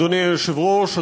אדוני היושב-ראש,